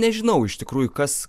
nežinau iš tikrųjų kas